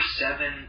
seven